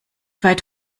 weit